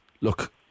look